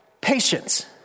patience